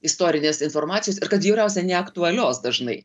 istorinės informacijos ir kad bjauriausia neaktualios dažnai